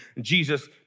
Jesus